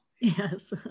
Yes